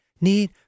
need